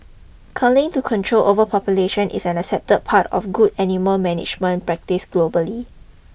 culling to control overpopulation is an accepted part of good animal management practice globally